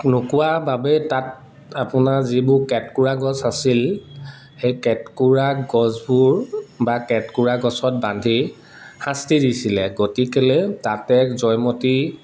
নোকোৱা বাবেই তাত আপোনাৰ যিবোৰ কেটকোৰা গছ আছিল সেই কেটকোৰা গছবোৰ বা কেটকোৰা গছত বান্ধি শাস্তি দিছিলে তাতে জয়মতীৰ